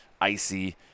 icy